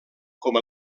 com